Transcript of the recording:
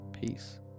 Peace